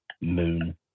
moon